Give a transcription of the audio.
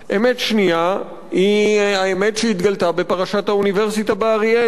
אמת שנייה היא האמת שהתגלתה בפרשת האוניברסיטה באריאל.